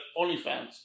OnlyFans